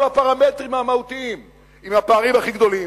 הפרמטרים המהותיים עם הפערים הכי גדולים,